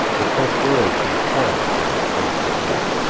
the perspiration pouring from his face and neck.